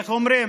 איך אומרים?